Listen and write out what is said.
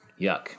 Yuck